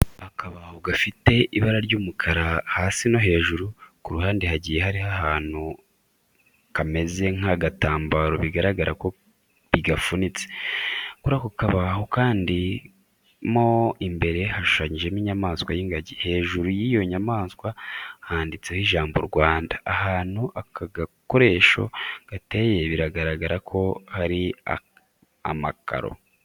Akabaho gafite ibara ry'umukara hasi no hejuru, ku ruhande hagiye hariho akantu kameze nk'agatambaro bigaragara ko bigafunitse. Kuri ako kabaho kandi mo imbere hashushanyijemo inyamaswa y'ingagi. Hejuru y'iyo nyamaswa handitseho ijambo Rwanda. Ahantu aka gakoresho gateye biragaragara ko hari amakaro.